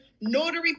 notary